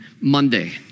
Monday